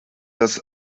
das